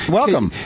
welcome